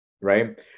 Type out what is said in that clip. Right